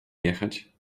jechać